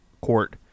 court